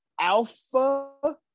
alpha